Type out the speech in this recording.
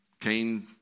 Cain